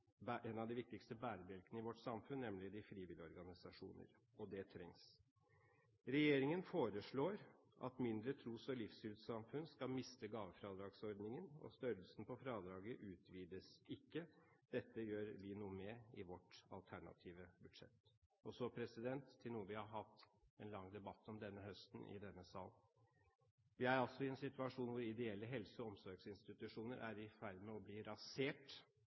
av en av de viktigste bærebjelkene i vårt samfunn, nemlig de frivillige organisasjonene. Det trengs. Regjeringen foreslår at mindre tros- og livssynssamfunn skal miste gavefradragsordningen, og størrelsen på fradraget utvides følgelig ikke. Dette gjør vi noe med i vårt alternative budsjett. Så til noe vi har hatt en lang debatt om i denne salen denne høsten. Vi er i en situasjon hvor ideelle helse- og omsorgsinstitusjoner er i ferd med å bli rasert